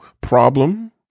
problem